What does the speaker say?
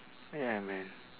ya man